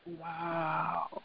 Wow